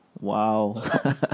Wow